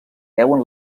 deuen